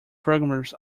programmers